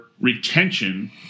retention